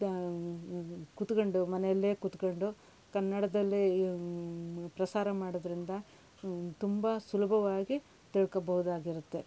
ಕೂತ್ಕೊಂಡು ಮನೇಲೆ ಕೂತ್ಕೊಂಡು ಕನ್ನಡದಲ್ಲೇ ಪ್ರಸಾರ ಮಾಡೋದರಿಂದ ತುಂಬ ಸುಲಭವಾಗಿ ತಿಳ್ಕೊಬೋದಾಗಿರುತ್ತೆ